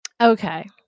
Okay